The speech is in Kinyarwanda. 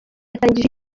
yatangije